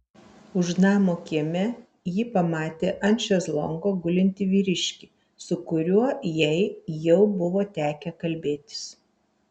už namo kieme ji pamatė ant šezlongo gulintį vyriškį su kuriuo jai jau buvo tekę kalbėtis